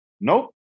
Nope